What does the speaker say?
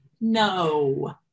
No